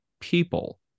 people